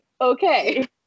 okay